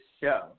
show